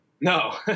No